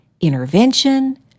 intervention